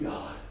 God